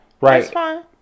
right